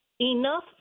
enough